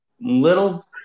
little